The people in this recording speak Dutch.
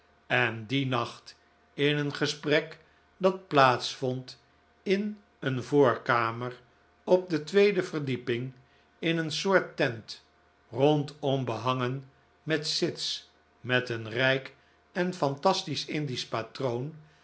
en dien nacht in een gesprek dat plaats vond in een voorkamer op de tweede verdieping in een soort tent rondom behangen met sits met een rijk en fantastisch indisch